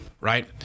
Right